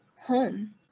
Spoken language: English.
home